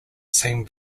same